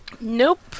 Nope